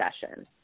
session